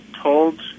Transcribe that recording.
told